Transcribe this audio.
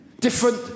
different